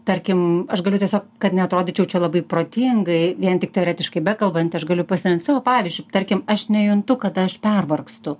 tarkim aš galiu tiesiog kad neatrodyčiau čia labai protingai vien tik teoretiškai bekalbanti aš galiu pasidalint savo pavyzdžiu tarkim aš nejuntu kada aš pervargstu